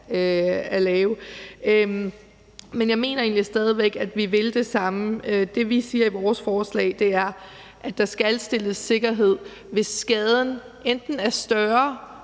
lave. Men jeg mener egentlig stadig væk, at vi vil det samme. Det, vi siger i vores forslag, er, at der skal stilles sikkerhed. Hvis skaden er større